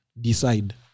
decide